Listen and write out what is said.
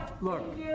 Look